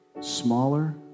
smaller